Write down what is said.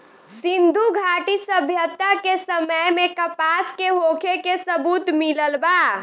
सिंधुघाटी सभ्यता के समय में कपास के होखे के सबूत मिलल बा